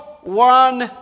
one